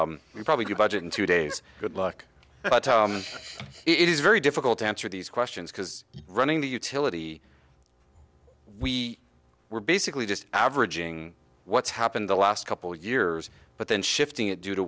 we probably good budget in two days good luck but it is very difficult to answer these questions because running the utility we were basically just averaging what's happened the last couple of years but then shifting it due to